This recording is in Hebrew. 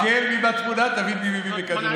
תסתכל מי בתמונה, תבין מי מבין בכדורגל.